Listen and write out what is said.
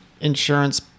insurance